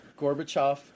Gorbachev